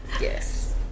Yes